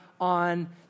on